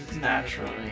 Naturally